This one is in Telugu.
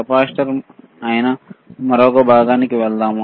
కెపాసిటర్ అయిన మరొక భాగానికి వెళ్దాం